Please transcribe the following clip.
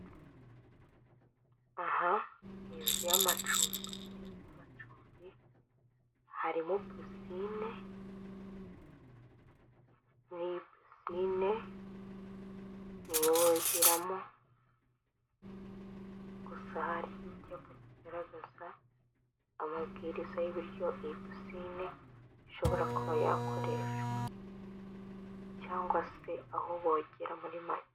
Aha iyi ni inzu y'amacumbibiri z'amacumbi harimo pisinine ni pisine ntiwongeramo gusa hariho icyapa kigaragaza amabwiriza y'ibiryo iyi pisine ishobora kuba yakoreshwa cyangwa se aho bogera muri make.